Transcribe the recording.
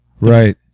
Right